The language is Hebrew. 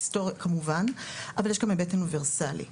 היסטוריה כמובן אבל יש גם היבט אוניברסלי וכדי,